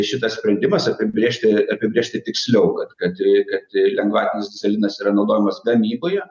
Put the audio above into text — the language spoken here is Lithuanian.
šitas sprendimas apibrėžti apibrėžti tiksliau kad kad kad lengvatinis dyzelinas yra naudojamas gamyboje